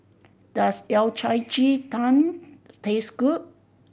does Yao Cai ji tang taste good